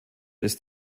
ist